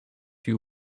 you